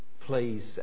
please